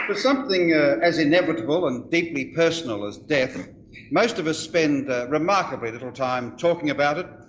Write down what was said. but something yeah as inevitable and deeply personal as death most of us spend remarkably little time talking about it,